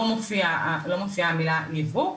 לא מופיעה המילה "ייבוא",